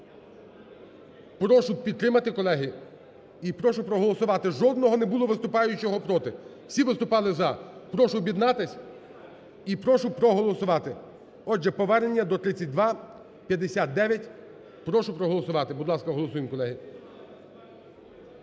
Прошу підтримати, колеги. І прошу проголосувати. Жодного не було виступаючого проти. Всі виступали – "за". Прошу об'єднатись і прошу проголосувати. Отже, повернення до 3259 прошу проголосувати. Будь ласка, голосуємо, колеги.